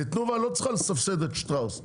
תנובה לא צריכה לסבסד את שטראוס,